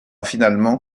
finalement